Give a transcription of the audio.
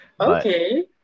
Okay